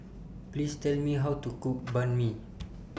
Please Tell Me How to Cook Banh MI